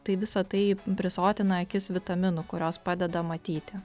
tai visa tai prisotina akis vitaminų kurios padeda matyti